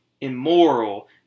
immoral